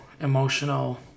emotional